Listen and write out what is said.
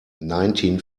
nineteen